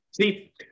See